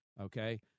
Okay